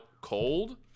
cold